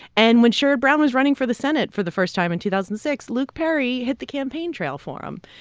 and when sherrod brown was running for the senate for the first time in two thousand and six, luke perry hit the campaign trail for him.